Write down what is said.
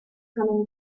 coming